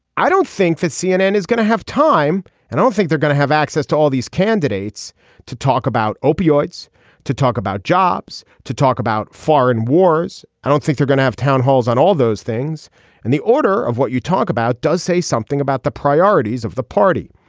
i don't think that cnn is going to have time. and i don't think they're going to have access to all these candidates to talk about opioids to talk about jobs to talk about foreign wars i don't think they're going to have town halls on all those things and the order of what you talk about does say something about the priorities of the party.